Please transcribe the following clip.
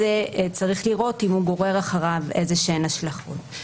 צריך לראות אם המבחן הזה גורר אחריו איזשהן השלכות.